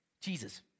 Jesus